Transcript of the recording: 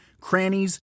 crannies